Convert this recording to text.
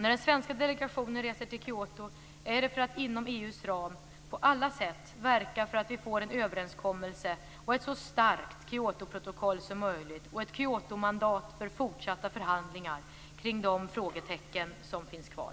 När den svenska delegationen reser till Kyoto är det för att inom EU:s ram på alla sätt verka för att vi får en överenskommelse och ett så starkt Kyotoprotokoll som möjligt och ett Kyotomandat för fortsatta förhandlingar kring de frågetecken som finns kvar.